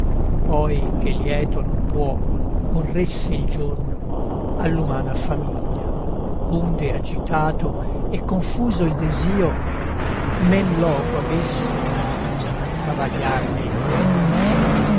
poi che lieto non può corresse il giorno all'umana famiglia onde agitato e confuso il desio men loco avesse al travagliarne il cor